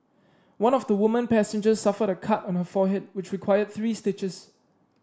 one of the woman passengers suffered a cut on her forehead which required three stitches